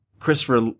christopher